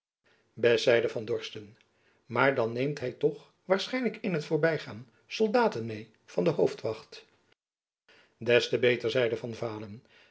zeide van dorsten maar dan neemt hy toch waarschijnlijk in t voorbygaan soldaten meê van de hoofdwacht jacob van lennep elizabeth musch des te beter zeide van vaalen